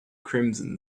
crimson